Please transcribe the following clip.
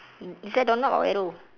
is there doorknob or arrow